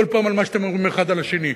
כל פעם על מה שאתם אומרים האחד על השני.